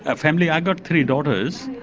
ah family, i've got three daughters.